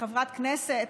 כחברת כנסת,